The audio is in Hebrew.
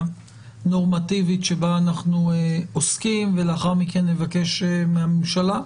הנורמטיבית שבה אנחנו עוסקים ולאחר מכן נבקש ממשרד